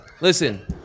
Listen